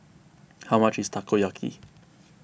how much is Takoyaki